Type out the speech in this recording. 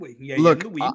Look